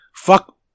Fuck